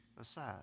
aside